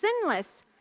sinless